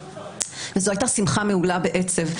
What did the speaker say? זאת הייתה שמחה מהולה בעצב,